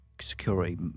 security